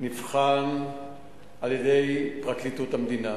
נבחן על-ידי פרקליטות המדינה,